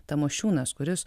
tamošiūnas kuris